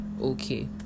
okay